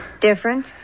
Different